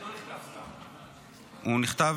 זה הדבר היחיד הנכון, הוא לא נכתב סתם.